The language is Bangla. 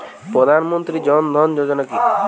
প্রধান মন্ত্রী জন ধন যোজনা কি?